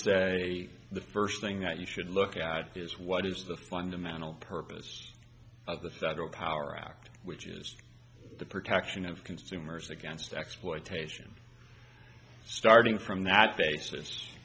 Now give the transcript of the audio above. say the first thing that you should look at is what is the fundamental purpose of the federal power act which is the protection of consumers against exploitation starting from that